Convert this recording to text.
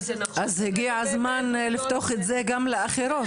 אז הגיע הזמן לפתוח את גם לאחרות,